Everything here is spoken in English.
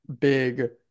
big